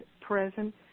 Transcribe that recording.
present